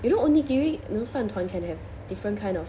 you know onigiri you know 饭团 can have different kind of